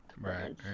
right